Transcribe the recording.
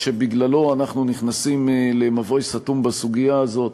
שבגללו אנחנו נכנסים למבוי סתום בסוגיה הזאת.